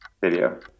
Video